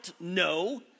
No